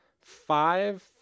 five